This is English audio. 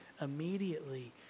immediately